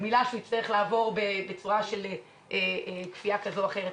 תהליך גמילה שיצטרך לעשות בכפיה כזו או אחרת.